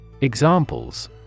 Examples